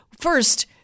first